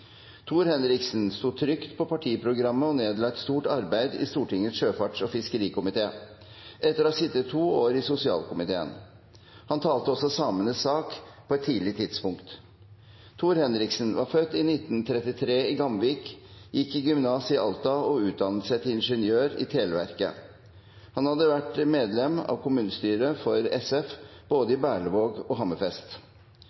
Tor Henriksen sto trygt på partiprogrammet og nedla et stort arbeid i Stortingets sjøfarts- og fiskerikomité etter å ha sittet to år i sosialkomiteen. Han talte også samenes sak på et tidlig tidspunkt. Tor Henriksen ble født i 1933 i Gamvik, gikk på gymnas i Alta og utdannet seg til ingeniør i Televerket. Han hadde vært medlem av kommunestyret for SF, både